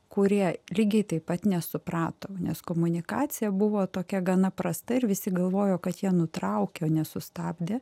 kurie lygiai taip pat nesuprato nes komunikacija buvo tokia gana prasta ir visi galvojo kad jie nutraukė o nesustabdė